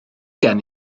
gen